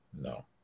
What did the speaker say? No